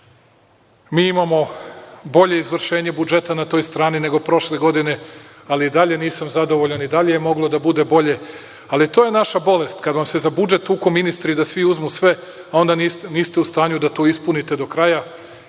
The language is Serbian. mi imamo bolje izvršenje budžeta na toj strani, nego prošle godine, ali i dalje nisam zadovoljan i dalje je moglo da bude bolje. To je naša bolest. Kada vam se za budžet tuku ministri, da svi uzmu sve, onda niste u stanju da to ispunite do kraja,